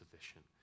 sufficient